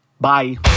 bye